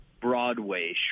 Broadway